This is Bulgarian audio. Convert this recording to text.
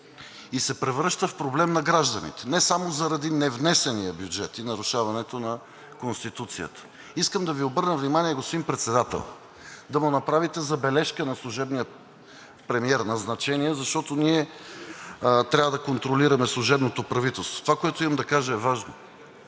и се превръща в проблем на гражданите не само заради невнесения бюджет и нарушаването на Конституцията. Искам да Ви обърна внимание, господин Председател, да направите забележка на служебния премиер, назначения, защото ние трябва да контролираме служебното правителство. Това, което имам да кажа, е важно.